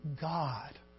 God